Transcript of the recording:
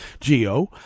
GEO